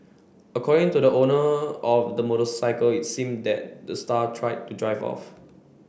according to the owner of the motorcycle it seemed that the star tried to drive off